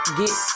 get